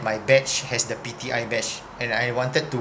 my batch has the P_T_I batch and I wanted to